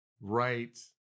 right